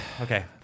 okay